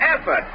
Effort